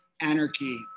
Anarchy